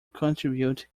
contribute